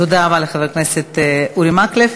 תודה רבה לחבר הכנסת אורי מקלב.